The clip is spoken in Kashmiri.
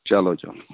چلو چلو